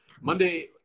Monday